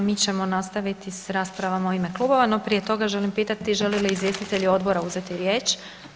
A mi ćemo nastaviti s raspravama u ime klubova no prije toga želim pitati, žele li izvjestitelji odbora uzeti riječ?